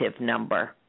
number